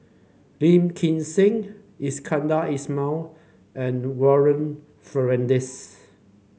Lim Kim San Iskandar Ismail and Warren Fernandez